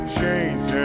change